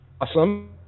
awesome